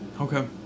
Okay